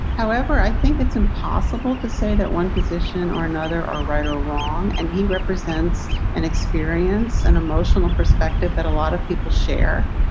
however, i think it's impossible to say that one position or another are right or wrong. and he represents an experience and emotional perspective, but a lot of people share.